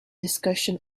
discussion